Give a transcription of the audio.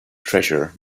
treasure